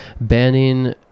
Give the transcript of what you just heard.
banning